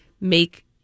make